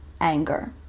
anger